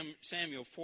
Samuel